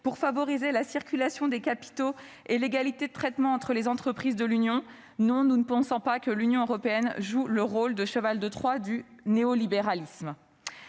pour favoriser la circulation des capitaux et l'égalité de traitement entre les entreprises européennes. Non, nous ne pensons pas davantage que l'Union européenne joue le rôle de cheval de Troie du néolibéralisme.